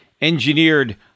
engineered